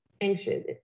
anxious